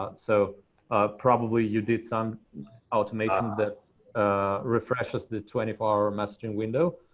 ah so probably you did some automations that refresh the twenty four hour messaging window,